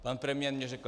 Pan premiér mi řekl: